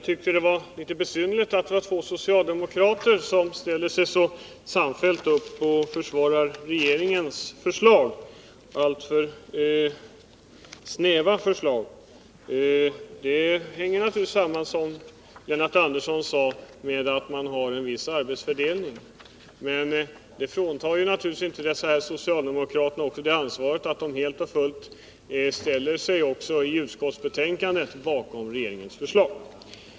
Herr talman! Att två socialdemokrater samfällt försvarar regeringens alltför snäva förslag hänger naturligtvis, som Lennart Andersson sade, samman med att man har en viss arbetsfördelning mellan utskotten. Men det fråntar inte socialdemokraterna ansvaret för att de i betänkandena helt och fullt ställer sig bakom regeringens förslag.